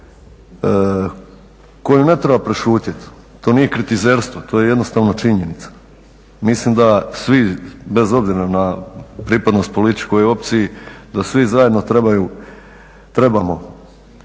koju ne treba prešutjeti. To nije kritizerstvo, to je jednostavno činjenica. Mislim da svi bez obzira na pripadnost političkoj opciji da svi zajedno trebamo